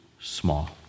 small